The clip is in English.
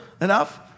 enough